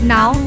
Now